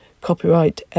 copyright